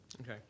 Okay